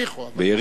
ביריחו.